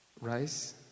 rice